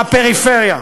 בפריפריה.